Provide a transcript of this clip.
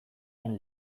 den